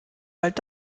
bald